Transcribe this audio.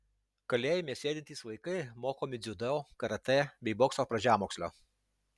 kalėjime sėdintys vaikai mokomi dziudo karatė bei bokso pradžiamokslio